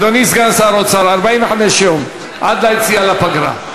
אדוני סגן שר האוצר, 45 יום, עד ליציאה לפגרה.